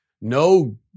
no